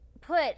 put